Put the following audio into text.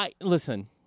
Listen